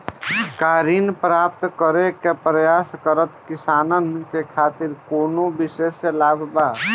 का ऋण प्राप्त करे के प्रयास करत किसानन के खातिर कोनो विशेष लाभ बा